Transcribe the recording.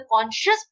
conscious